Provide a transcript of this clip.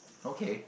okay